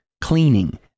cleaning